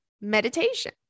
meditation